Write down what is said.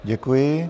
Děkuji.